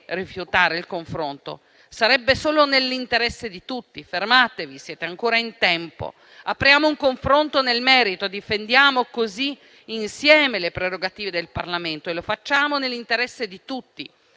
rifiutare il confronto? Sarebbe solo nell'interesse di tutti; fermatevi, siete ancora in tempo. Apriamo un confronto nel merito, difendiamo così insieme le prerogative del Parlamento, facendolo nell'interesse di tutti.